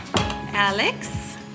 Alex